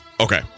okay